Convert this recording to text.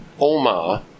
Omar